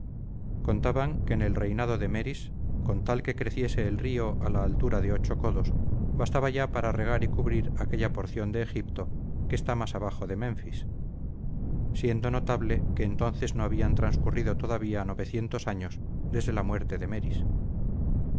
contaban que en el reinado de meris con tal que creciese el río a la altura de ocho codos bastaba ya para regar y cubrir aquella porción de egipto que está más abajo de menfis siendo notable que entonces no habían transcurrido todavía novecientos años desde la muerte de meris